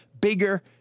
bigger